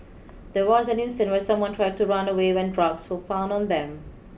there was an instance where someone tried to run away when drugs were found on them